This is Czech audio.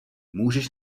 můžeš